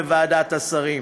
בוועדת השרים.